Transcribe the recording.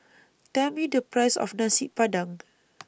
Tell Me The Price of Nasi Padang